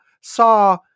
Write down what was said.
saw